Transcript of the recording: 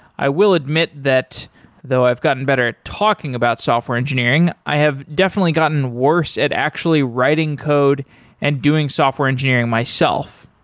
i will admit that though i've gotten better at talking about software engineering, i have definitely gotten worse at actually writing code and doing software engineering myself.